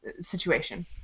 situation